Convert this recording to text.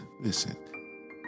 listen